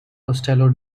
costello